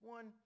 One